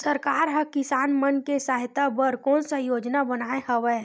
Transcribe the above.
सरकार हा किसान मन के सहायता बर कोन सा योजना बनाए हवाये?